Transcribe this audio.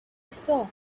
saw